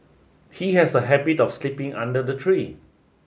he has a habit of sleeping under the tree